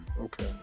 Okay